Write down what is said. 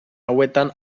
hauetan